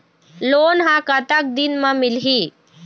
Loan ह कतक दिन मा मिलही?